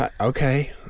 Okay